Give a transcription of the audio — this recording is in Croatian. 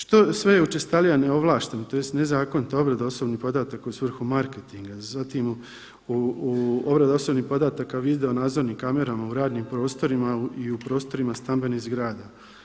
Što sve učestalija je neovlaštena tj. nezakonita obrada osobnih podataka u svrhu markentinga, zatim u obradi osobnih podataka videonadzornim kamerama u radnim prostorima i u prostorima stambenih zgrada.